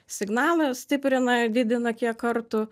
signalą stiprina didina kiek kartų